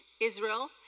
Israel